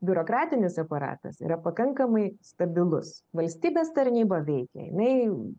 biurokratinis aparatas yra pakankamai stabilus valstybės tarnyba veikia jinai